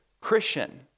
Christian